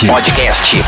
Podcast